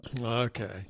Okay